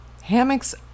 hammocks